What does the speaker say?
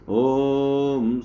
om